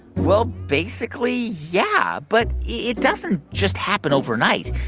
well, basically, yeah. but it doesn't just happen overnight.